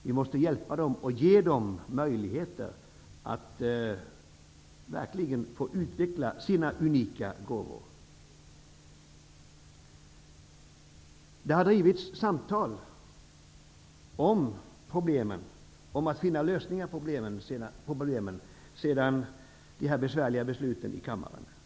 Vi måste hjälpa dem och ge dem möjligheter att verkligen få utveckla sina unika gåvor. Det har sedan de besvärliga besluten i kammaren fattades förts samtal om att finna lösningar på problemen.